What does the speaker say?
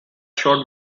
short